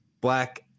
black